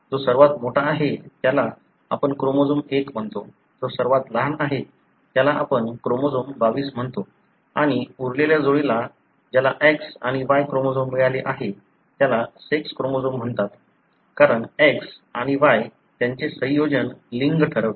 जो सर्वात मोठा आहे त्याला आपण क्रोमोझोम 1 म्हणतो जो सर्वात लहान आहे त्याला आपण क्रोमोझोम 22 म्हणतो आणि उरलेल्या जोडीला ज्याला X आणि Y क्रोमोझोम मिळाले आहे त्याला सेक्स क्रोमोझोम म्हणतात कारण X आणि Y त्यांचे संयोजन लिंग ठरवते